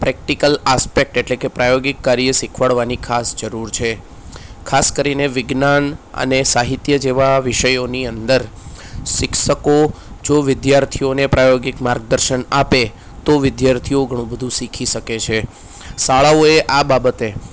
practical aspect એટલેકે પ્રાયોગિક કાર્ય શિખવાડવાની ખાસ જરૂર છે ખાસ કરીને વિજ્ઞાન અને સાહિત્ય જેવા વિષયોની અંદર શિક્ષકો જો વિદ્યાર્થીઓને પ્રાયોગિક માર્ગદર્શન આપે તો વિદ્યાર્થીઓ ઘણું બધુ શીખી શકે છે શાળાઓ એ આ બાબતે